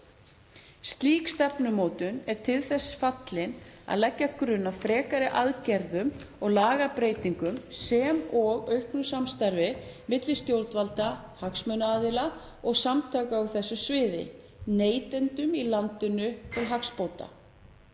Slík stefnumótun er til þess fallin að leggja grunn að frekari aðgerðum og lagabreytingum sem og auknu samstarfi milli stjórnvalda, hagsmunaaðila og samtaka á þessu sviði, neytendum í landinu til hagsbóta.